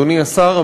אדוני השר,